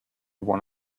one